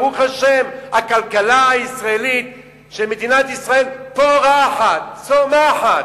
ברוך השם, הכלכלה של מדינת ישראל פורחת, צומחת.